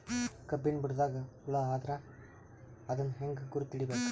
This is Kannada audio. ಕಬ್ಬಿನ್ ಬುಡದಾಗ ಹುಳ ಆದರ ಅದನ್ ಹೆಂಗ್ ಗುರುತ ಹಿಡಿಬೇಕ?